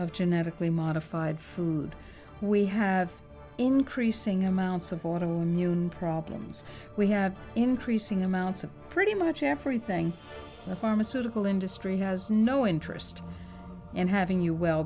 of genetically modified food we have increasing amounts of want to noon problems we have increasing amounts of pretty much everything pharmaceutical industry has no interest and having you well